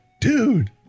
dude